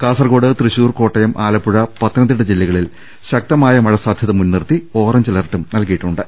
Kasaragod Thrissur Kottayam Alappuzha Pathanamthitta ജില്ലകളിൽ ശക്തമായ മഴസാധൃത മുൻനിർത്തി ഓറഞ്ച് അലർട്ടും നൽകിയിട്ടുണ്ട്